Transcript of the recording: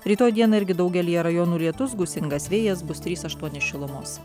rytoj dieną irgi daugelyje rajonų lietus gūsingas vėjas bus trys aštuoni šilumos